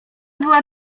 była